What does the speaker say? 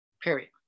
period